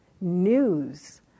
news